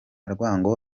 rwango